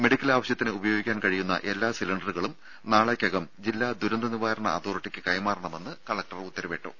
medical ആവശ്യത്തിന് ഉപയോഗിക്കാൻ കഴിയുന്ന എല്ലാ സിലിണ്ടറുകളും നാളേക്കകം ജില്ലാ ദുരന്ത നിവാരണ അതോറിറ്റിക്ക് കൈമാറണമെന്ന് കലക്ടർ ഉത്തരവിട്ടു